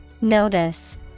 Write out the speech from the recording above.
Notice